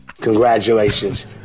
Congratulations